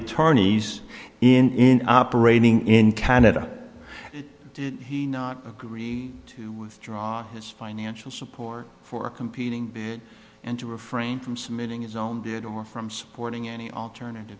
attorneys in operating in canada did he not agree to withdraw his financial support for competing and to refrain from submitting his own bid or from supporting any alternative